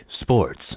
sports